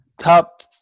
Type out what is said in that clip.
Top